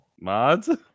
Mods